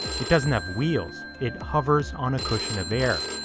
it doesn't have wheels. it hovers on a cushion of air,